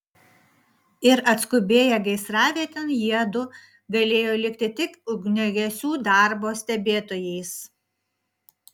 ir atskubėję gaisravietėn jiedu galėjo likti tik ugniagesių darbo stebėtojais